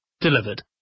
delivered